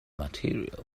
material